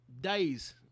days